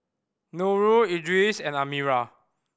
Nurul Idris and Amirah